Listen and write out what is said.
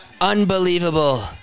Unbelievable